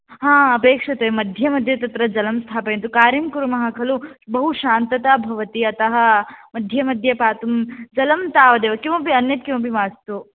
हा अपेक्षते मध्ये मध्ये तत्र जलं स्थापयन्तु कार्यं कुर्मः खलु बहुश्रान्तता भवति अतः मध्ये मध्ये पातुं जलं तावदेव किमपि अन्यद् किमपि मास्तु